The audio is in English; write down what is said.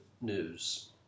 news